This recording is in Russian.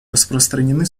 распространены